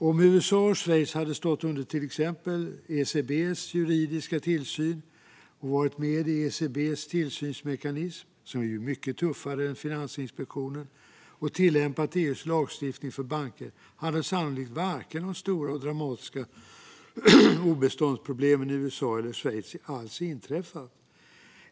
Om USA och Schweiz hade stått under till exempel ECB:s juridiska tillsyn och varit med i ECB:s tillsynsmekanism, som är mycket tuffare än Finansinspektionen, och tillämpat EU:s lagstiftning för banker hade de stora och dramatiska obeståndsproblemen sannolikt aldrig inträffat i vare sig USA eller Schweiz.